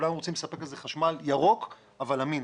כולנו רוצים לספק לזה חשמל ירוק אבל אמין.